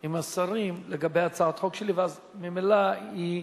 עם השרים לגבי הצעת החוק שלי ואז ממילא היא,